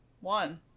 One